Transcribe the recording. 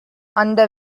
அந்த